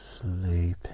sleeping